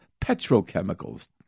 petrochemicals